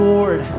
Lord